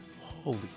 holy